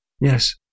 Yes